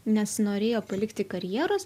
nesinorėjo palikti karjeros